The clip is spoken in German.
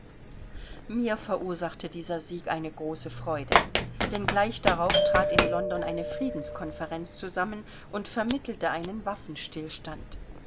mir verursachte dieser sieg eine große freude denn gleich darauf trat in london eine friedenskonferenz zusammen und vermittelte einen waffenstillstand